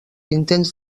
intents